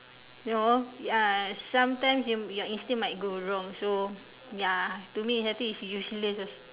no uh sometimes your your instinct might go wrong so ya to me is I think is useless